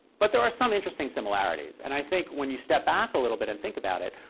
but there are some interesting similarities. and i think when you step back a little bit and think about it,